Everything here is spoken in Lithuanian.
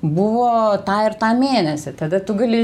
buvo tą ir tą mėnesį tada tu gali